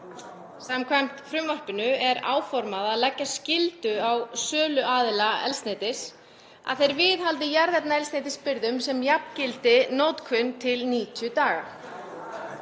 Samkvæmt frumvarpinu er áformað að leggja skyldu á söluaðila eldsneytis, að þeir viðhaldi jarðefnaeldsneytisbirgðum sem jafngildi notkun til 90 daga.